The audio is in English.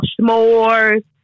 S'mores